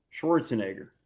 Schwarzenegger